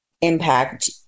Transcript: impact